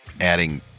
adding